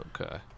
okay